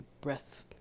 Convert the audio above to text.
breath